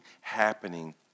happening